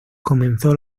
comenzó